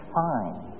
fine